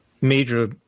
major